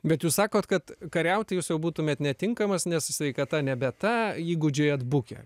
bet jūs sakot kad kariauti jūs jau būtumėt netinkamas nes sveikata nebe ta įgūdžiai atbukę